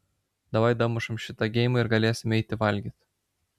davai damušam šitą geimą ir galėsim eiti valgyt